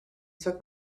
took